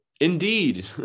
Indeed